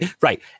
right